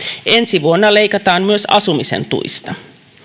ensi vuonna leikataan myös asumisen tuista